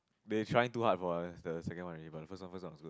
they trying too hard for the second one already but the first one first one was good